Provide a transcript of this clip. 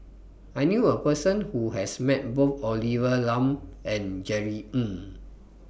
I knew A Person Who has Met Both Olivia Lum and Jerry Ng